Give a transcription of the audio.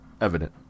evident